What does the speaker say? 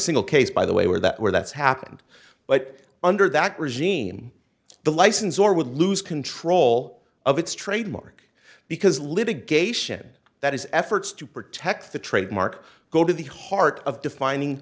single case by the way where that where that's happened but under that regime the license or would lose control of its trademark because litigation that is efforts to protect the trademark go to the heart of defining